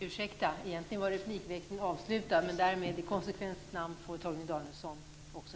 Ursäkta, men egentligen var replikväxlingen avslutad. Därmed får i konsekvensens namn också